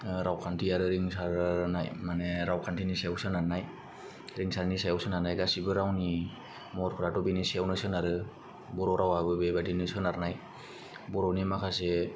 रावखान्थि आरो रिंसारनाय माने रावखान्थिनि सायाव सोनारनाय रिंसारनि सायाव सोनारनाय गासिबो रावनि महरफोराथ' बिनि सायावनो सोनारो बर'रावाबो बेबायदिनो सोनारनाय बर'नि माखासे